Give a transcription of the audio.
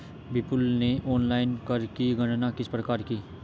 विपुल ने ऑनलाइन कर की गणना किस प्रकार की?